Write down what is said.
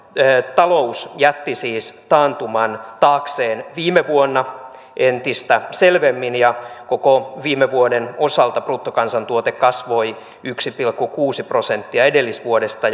talous jätti siis taantuman taakseen viime vuonna entistä selvemmin ja koko viime vuoden osalta bruttokansantuote kasvoi yksi pilkku kuusi prosenttia edellisvuodesta